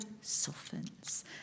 softens